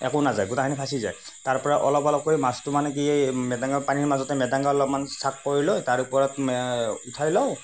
একো নাযায় গোটেইখিনি ফ'চি যায় তাৰ পৰা অলপ অলপকৈ মাছটো মানে কি এই মেটেঙাৰ পানীৰ মাজতে মেটেঙা অলপমান চাফ কৰি লৈ তাৰ ওপৰত উঠাই লওঁ